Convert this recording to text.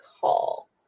call